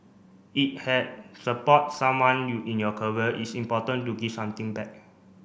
if had support someone in your it's important to give something back